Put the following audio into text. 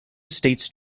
estates